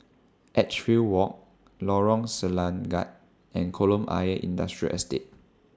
Edgefield Walk Lorong Selangat and Kolam Ayer Industrial Estate